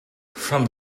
from